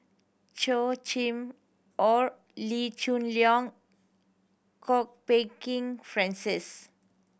chaw Chim Or Lee choon Leong Kwok Peng Kin Francis